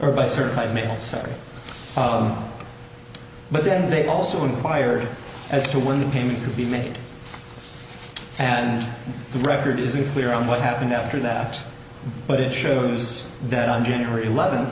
or by certified mail sorry but then they also inquired as to when the payment could be made and the record isn't clear on what happened after that but it shows that on january eleven